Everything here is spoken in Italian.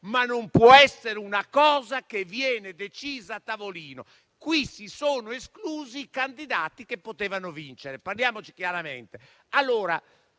ma non può essere una cosa che viene decisa a tavolino. Qui si sono esclusi i candidati che potevano vincere,